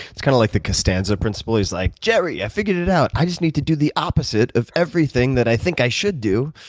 it's kind of like the costanza principle. it's like, jerry, i figured it out. i just need to do the opposite of everything that i think i should do,